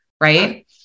right